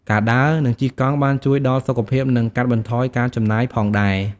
ការដើរនិងជិះកង់បានជួយដល់សុខភាពនិងកាត់បន្ថយការចំណាយផងដែរ។